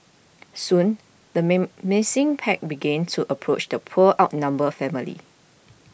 soon the pack began to approach the poor outnumbered family